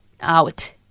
out